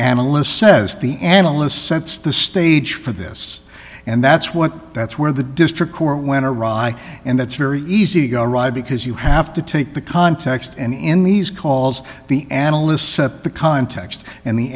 analyst says the analyst sets the stage for this and that's what that's where the district court when iran i and that's very easy go right because you have to take the context and in these calls the analysts set the context and the